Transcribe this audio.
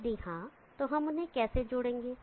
यदि हां तो हम उन्हें कैसे जोड़ेंगे